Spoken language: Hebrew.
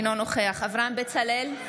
אינו נוכח אברהם בצלאל,